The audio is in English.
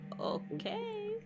Okay